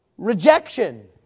Rejection